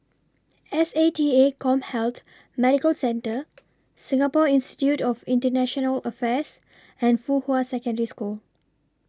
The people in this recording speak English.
S A T A Commhealth Medical Centre Singapore Institute of International Affairs and Fuhua Secondary School